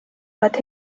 oled